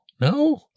No